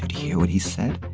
but hear what he said?